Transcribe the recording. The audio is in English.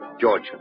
George